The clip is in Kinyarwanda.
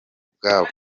ubwabo